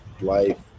life